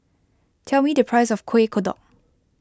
tell me the price of Kuih Kodok